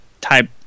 type